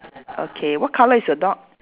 okay what colour is your dog